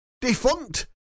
Defunct